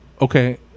okay